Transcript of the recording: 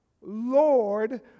Lord